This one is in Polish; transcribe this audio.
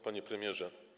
Panie Premierze!